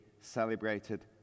celebrated